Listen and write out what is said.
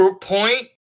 Point